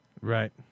Right